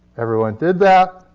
everyone did that.